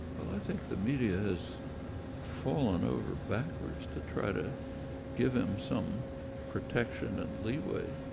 well, i think the media has fallen over backwards to try to give him some protection and leeway.